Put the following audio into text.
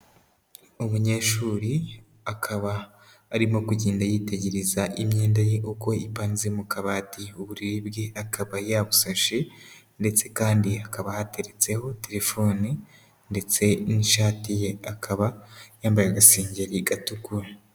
Umunyeshuri akaba arimo kugenda yitegereza imyenda ye uko ipanze mu kabati, uburiri bwe akaba yabusashe ndetse kandi akaba yateretseho telefoni ndetse n'ishati ye, akaba yambaye agasengeri gatukura.